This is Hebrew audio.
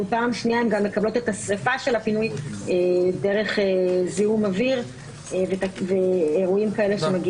פעם שנייה הן מקבלות את השריפה דרך זיהום אוויר ואירועים כאלה.